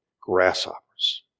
grasshoppers